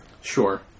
Sure